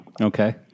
Okay